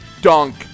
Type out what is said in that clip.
dunk